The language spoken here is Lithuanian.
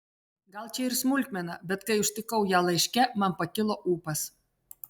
gal čia ir smulkmena bet kai užtikau ją laiške man pakilo ūpas